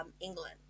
England